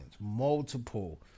multiple